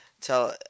Tell